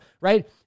right